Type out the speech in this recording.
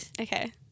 Okay